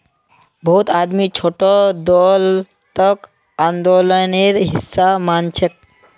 बहुत आदमी छोटो दौलतक आंदोलनेर हिसा मानछेक